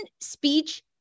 speech